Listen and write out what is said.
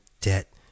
debt